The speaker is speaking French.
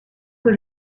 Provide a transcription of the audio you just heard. que